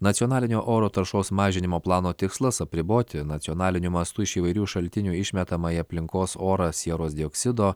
nacionalinio oro taršos mažinimo plano tikslas apriboti nacionaliniu mastu iš įvairių šaltinių išmetamą į aplinkos orą sieros dioksido